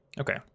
Okay